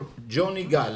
ג'וני גל